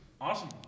awesome